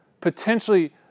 potentially